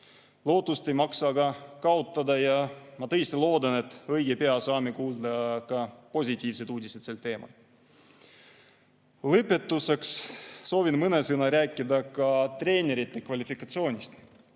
Lootust ei maksa aga kaotada ja ma tõesti loodan, et õige pea saame kuulda positiivseid uudiseid ka sel teemal. Lõpetuseks soovin mõne sõnaga rääkida treenerite kvalifikatsioonist.